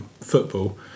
football